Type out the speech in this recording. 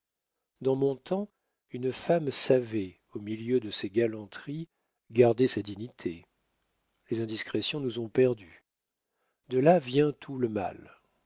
dans mon temps une femme savait au milieu de ses galanteries garder sa dignité les indiscrétions nous ont perdues de là vient tout le mal